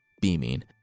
beaming